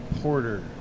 porter